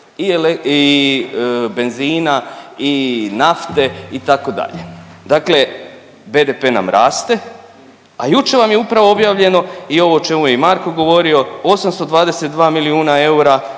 i benzina i nafte itd. Dakle, BDP nam raste, a jučer vam je upravo objavljeno i ovo o čemu je i Marko govorio 822 milijuna eura